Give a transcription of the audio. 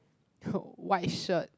white shirt